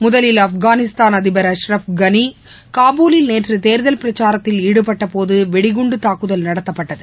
முதலில்ஆப்கானிஸ்தான் அதிபர் அஸ்ரப் களி காபூலில் நேற்றுதேர்தல் பிரச்சாரத்தில் ஈடுபட்டபோது வெடிகுண்டுதாக்குதல் நடத்தப்பட்டது